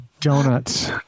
Donuts